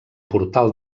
portal